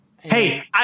Hey